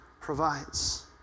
provides